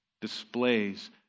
displays